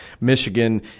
Michigan